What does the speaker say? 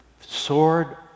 sword